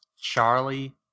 Charlie